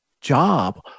job